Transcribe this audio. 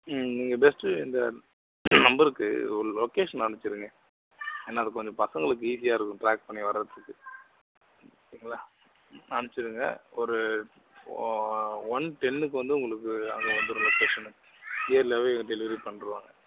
நீங்கள் ஜஸ்ட் இந்த நம்பருக்கு ஒரு லொக்கேஷன் அனுப்பிடுங்க ஏன்னால் அது கொஞ்சம் பசங்களுக்கு ஈஸியாக இருக்கும் ட்ராக் பண்ணி வரத்துக்கு ஓகேங்களா அமுச்சு விடுங்க ஒரு ஒன் டென்னுக்கு வந்து உங்களுக்கு அங்கே வந்துவிடுவாங்க லொக்கேஷன் இயர்லியாகவே டெலிவரி பண்ணிவிடுவாங்க